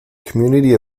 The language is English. community